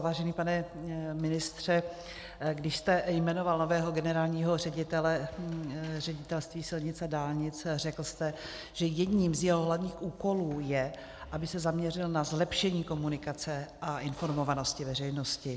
Vážený pane ministře, když jste jmenoval nového generálního ředitele Ředitelství silnic a dálnic, řekl jste, že jedním z jeho hlavních úkolů je, aby se zaměřil na zlepšení komunikace a informovanosti veřejnosti.